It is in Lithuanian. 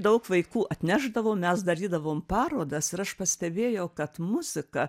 daug vaikų atnešdavo mes darydavom parodas ir aš pastebėjau kad muzika